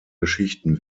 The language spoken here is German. geschichten